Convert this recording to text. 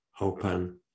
Open